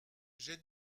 j’ai